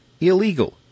illegal